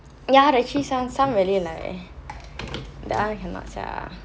ya the cheese one some really like that one cannot sia